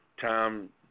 Tom